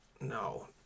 No